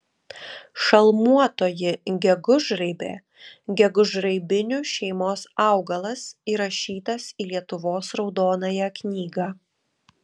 šalmuotoji gegužraibė gegužraibinių šeimos augalas įrašytas į lietuvos raudonąją knygą